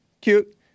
Cute